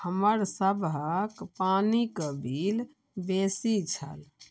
हमर सबहक पानिक बिल बेसी छल